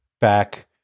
back